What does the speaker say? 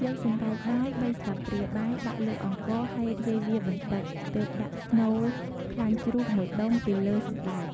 យកសណ្ដែកបាយ ៣ស្លាបព្រាបាយ ដាក់លើអង្ករ ហើយរាយវាបន្តិច ទើបដាក់ស្នូលខ្លាញ់ជ្រូក ១ដុំ ពីលើសណ្ដែក។